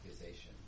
accusation